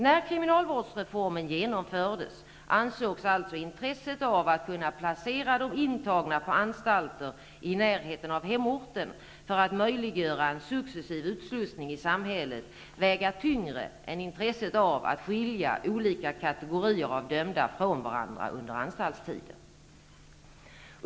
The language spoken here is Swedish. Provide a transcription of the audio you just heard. När kriminalvårdsreformen genomfördes ansågs alltså intresset av att kunna placera de intagna på anstalter i närheten av hemorten för att möjliggöra en successiv utslussning i samhället väga tyngre än intresset av att skilja olika kategorier av dömda från varandra under anstaltstiden.